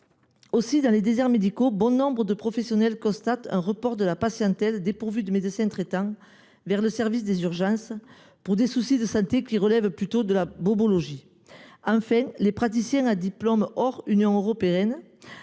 Dans les déserts médicaux, bon nombre de professionnels constatent un report de la patientèle dépourvue de médecin traitant vers les services d’urgences pour des soucis de santé qui relèvent plutôt de la « bobologie ». Enfin, les Padhue sont toujours confrontés